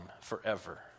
forever